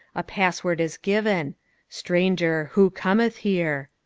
a pass-word is given stranger, who cometh here?